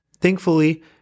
Thankfully